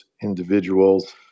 individuals